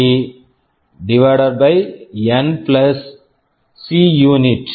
E N C unit CNRE N Cunit